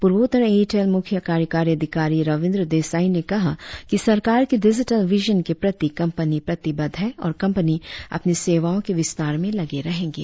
पूर्वोत्तर एयरटेल मुख्य कार्यकारी अधिकारी रविंद्र देसाई ने कहा कि सरकार की डिजिटल विजन के प्रति कंपनी प्रतिबद्ध है और कंपनी अपनी सेवओं के विस्तार में लगे रहेंगे